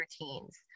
routines